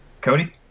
Cody